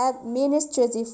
administrative